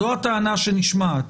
זו הטענה שנשמעת.